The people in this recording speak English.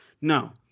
No